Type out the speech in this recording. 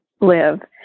live